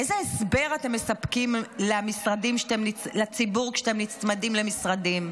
איזה הסבר אתם מספקים לציבור כשאתם נצמדים למשרדים?